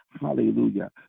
Hallelujah